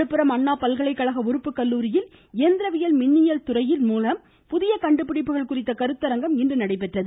விழுப்புரம் அண்ணா பல்கலைக்கழக உறுப்பு கல்லூரியில் இயந்திரவியல் மின்னியல் துறைகள் மூலம் புதிய கண்டுபிடிப்புகள் குறித்த கருத்தரங்கம் இன்று நடைபெற்றது